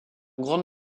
grande